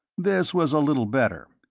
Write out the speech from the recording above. this was a little better.